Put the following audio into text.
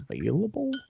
available